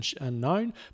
unknown